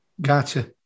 gotcha